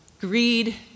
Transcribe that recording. greed